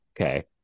okay